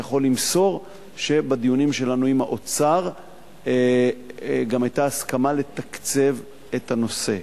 אני יכול למסור שבדיונים שלנו עם האוצר גם היתה הסכמה לתקצב את הנושא.